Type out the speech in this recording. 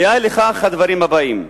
הראיה לכך היא הדברים הבאים: